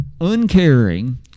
uncaring